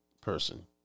person